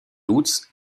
lutz